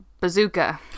bazooka